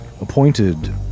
appointed